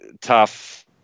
tough